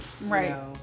Right